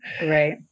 Right